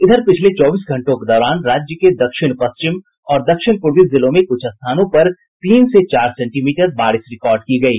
इधर पिछले चौबीस घंटों के दौरान राज्य के दक्षिण पश्चिम और दक्षिणी पूर्वी जिलों में कुछ स्थानों पर तीन से चार सेंटीमीटर बारिश रिकार्ड की गयी